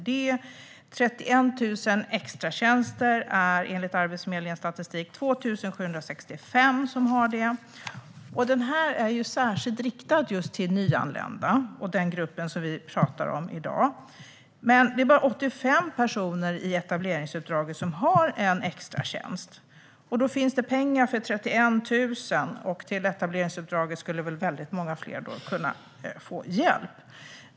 Enligt Arbetsförmedlingens statistik över 31 000 extratjänster är det 2 765 som har det. Det är särskilt riktat just till nyanlända och den grupp vi talar om i dag. Men det är bara 85 personer i etableringsuppdraget som har en extratjänst. Det finns pengar för 31 000. I etableringsuppdraget skulle väldigt många fler kunna få hjälp.